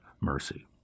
mercy